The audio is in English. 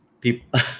People